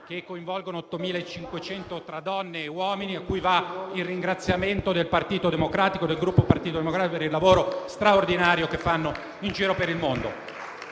che coinvolgono 8.500 tra donne e uomini, cui va il ringraziamento del Gruppo Partito Democratico per il lavoro straordinario che fanno in giro per il mondo.